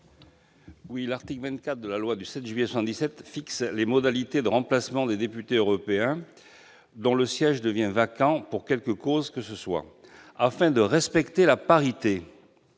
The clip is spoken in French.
L'article 24 de la loi du 7 juillet 1977 fixe les modalités de remplacement des députés européens, dont le siège devient vacant pour quelque cause que ce soit. Afin de respecter la parité,